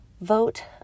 vote